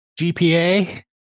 GPA